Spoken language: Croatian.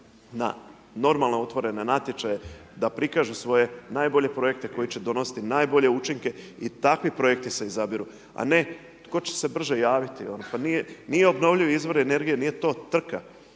na normalno otvorene natječaje, da prikažu svoje najbolje projekte koji će donositi najbolje učinke i takvi projekti se izabiru a ne tko će se brže javiti, nije obnovljiv izvor energije, nije to trka.